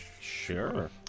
Sure